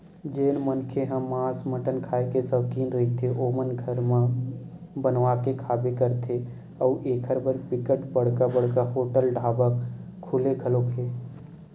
जेन मनखे ह मांस मटन खांए के सौकिन रहिथे ओमन घर म बनवा के खाबे करथे अउ एखर बर बिकट बड़का बड़का होटल ढ़ाबा खुले घलोक हे